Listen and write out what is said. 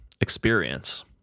experience